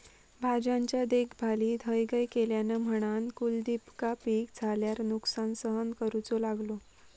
भाज्यांच्या देखभालीत हयगय केल्यान म्हणान कुलदीपका पीक झाल्यार नुकसान सहन करूचो लागलो